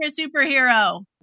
superhero